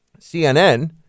CNN